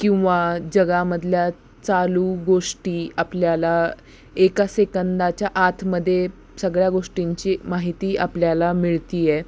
किंवा जगामधल्या चालू गोष्टी आपल्याला एका सेकंदाच्या आतमध्ये सगळ्या गोष्टींची माहिती आपल्याला मिळते आहे